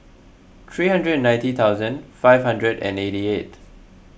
three hundred and ninety thousand five hundred and eighty eight